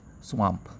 swamp